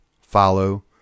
follow